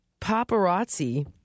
paparazzi